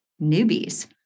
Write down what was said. newbies